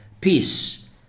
peace